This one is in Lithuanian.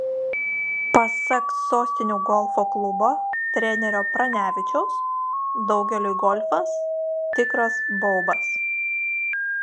pasak sostinių golfo klubo trenerio pranevičiaus daugeliui golfas tikras baubas